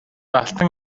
алтан